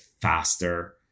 faster